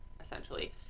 essentially